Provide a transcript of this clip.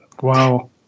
Wow